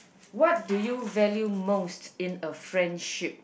what do you value most in a friendship